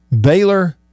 Baylor